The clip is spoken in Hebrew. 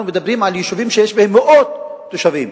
אנחנו מדברים על יישובים שיש בהם מאות תושבים,